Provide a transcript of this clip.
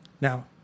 Now